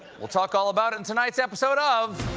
we'll talk all about it in tonight's episode of